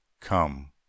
come